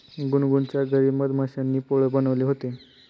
गुनगुनच्या घरी मधमाश्यांनी पोळं बनवले होते